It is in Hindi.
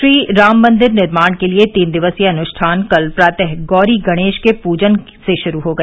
श्रीराम मंदिर निर्माण के लिए तीन दिवसीय अनुष्ठान कल प्रातः गौरी गणेश के पूजन से शुरू हो गया